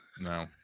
no